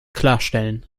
klarstellen